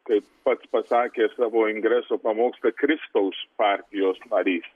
kaip pats pasakė savo ingreso pamoksle kristaus partijos narys